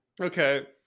Okay